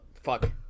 fuck